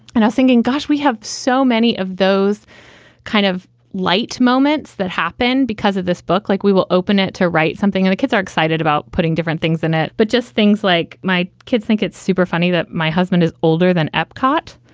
and i'm thinking, gosh, we have so many of those kind of light moments that happen because of this book. like, we will open it to write something. and the kids are excited about putting different things in it. but just things like my kids think it's super funny that my husband is older than epcot